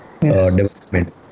development